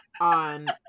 on